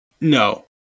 No